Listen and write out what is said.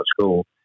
school